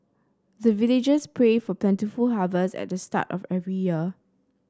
the villagers pray for plentiful harvest at the start of every year